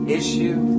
issue